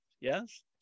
yes